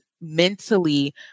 mentally